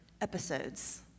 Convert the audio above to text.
episodes